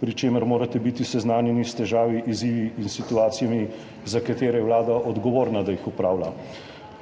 pri čemer morate biti seznanjeni s težavami, izzivi in situacijami, za katere je vlada odgovorna, da jih opravlja.